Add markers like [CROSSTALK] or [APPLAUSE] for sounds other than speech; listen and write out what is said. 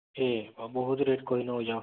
ଠିକ୍ [UNINTELLIGIBLE] ବହୁତ୍ ରେଟ୍ କହିନେଉଛ